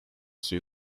suyu